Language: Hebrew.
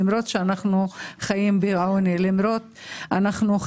למרות שאנחנו חיים בעוני ובהדרה,